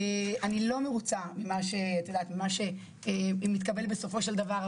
אני לא מרוצה ממה שהתקבל בסופו של דבר,